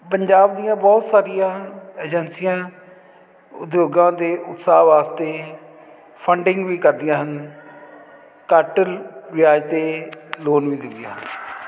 ਪੰਜਾਬ ਦੀਆਂ ਬਹੁਤ ਸਾਰੀਆਂ ਏਜੰਸੀਆਂ ਉਦਯੋਗਾਂ ਦੇ ਉਤਸ਼ਾਹ ਵਾਸਤੇ ਫੰਡਿੰਗ ਵੀ ਕਰਦੀਆਂ ਹਨ ਘੱਟ ਵਿਆਜ 'ਤੇ ਲੋਨ ਵੀ ਦਿੰਦੀਆਂ ਹਨ